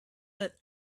but